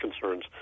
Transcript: concerns